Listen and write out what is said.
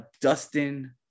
Dustin